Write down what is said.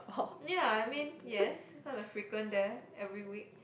ya I mean yes cause I frequent there every week